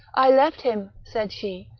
i left him, said she,